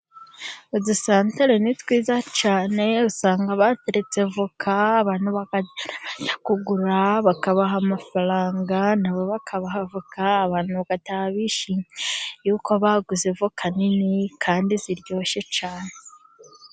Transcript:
Udusantere ni twiza cyane usanga bateretse avoka abantu bakajya bajya kugura, bakabaha amafaranga na bo bakaba avoka, abantu bagataha bishimye yuko baguze voka nini kandi ziryoshye cyane.